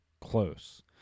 close